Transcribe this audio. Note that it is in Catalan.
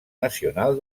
nacional